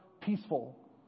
peaceful